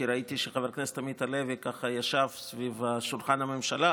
כי ראיתי שחבר הכנסת עמית הלוי ככה ישב ליד שולחן הממשלה,